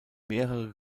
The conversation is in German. mehrere